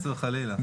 חס וחלילה.